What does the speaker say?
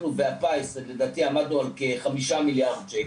והפיס לדעתי עמדנו על כ-5,000,000,000 ₪.